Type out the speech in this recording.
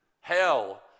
hell